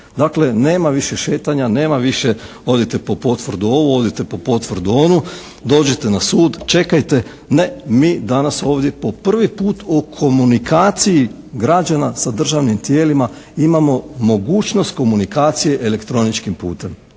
Dakle, nema više šetanja, nema više odite po potvrdu ovu, odite po potvrdu onu, dođite na sud, čekajte. Ne. Mi danas ovdje po prvi put u komunikaciji građana sa državnim tijelima imamo mogućnost komunikacije elektroničkim putem.